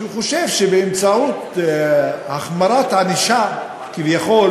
שהוא חושב שבאמצעות החמרת הענישה כביכול